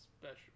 special